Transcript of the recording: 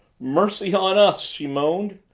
mercy on us! she moaned,